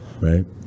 Right